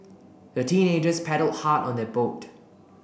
the teenagers paddled hard on their boat